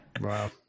Wow